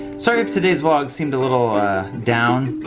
sorry if today's vlog seemed a little down.